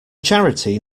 charity